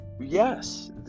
yes